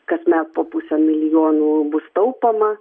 kasmet po pusę milijonų bus taupoma